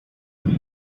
خودمم